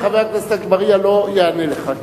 וחבר הכנסת אגבאריה לא יענה לך.